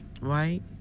right